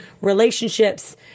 relationships